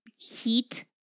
heat